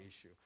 issue